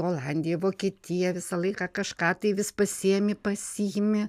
olandiją vokietiją visą laiką kažką tai vis pasiėmi pasiimi